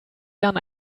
jahren